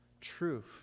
Truth